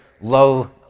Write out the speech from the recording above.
low